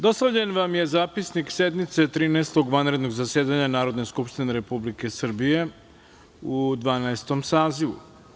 Dostavljen vam je Zapisnik sednice Trinaestog vanrednog zasedanja Narodne skupštine Republike Srbije u Dvanaestom sazivu.